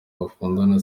bakundana